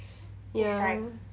ya